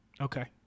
okay